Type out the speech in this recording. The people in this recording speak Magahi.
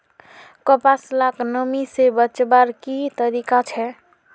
कपास लाक नमी से बचवार की तरीका छे?